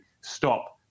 stop